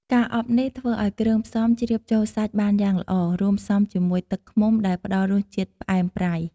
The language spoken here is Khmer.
ការអប់នេះធ្វើឱ្យគ្រឿងផ្សំជ្រាបចូលសាច់បានយ៉ាងល្អ រួមផ្សំជាមួយទឹកឃ្មុំដែលផ្តល់រសជាតិផ្អែមប្រៃ ។